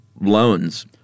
loans –